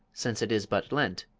since it is but lent,